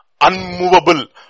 unmovable